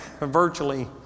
virtually